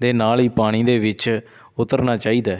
ਦੇ ਨਾਲ ਹੀ ਪਾਣੀ ਦੇ ਵਿੱਚ ਉਤਰਨਾ ਚਾਹੀਦਾ